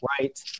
right